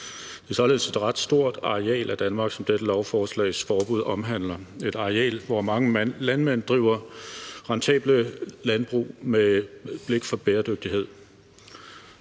Det er således et ret stort areal af Danmark, som dette lovforslags forbud omhandler – et areal, hvor mange landmænd driver rentable landbrug med blik for bæredygtighed.